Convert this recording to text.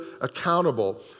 accountable